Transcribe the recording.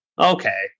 Okay